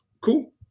Cool